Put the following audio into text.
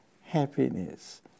happiness